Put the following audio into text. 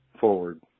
forward